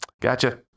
Gotcha